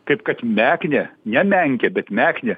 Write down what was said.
kaip kad meknė ne menkė bet meknė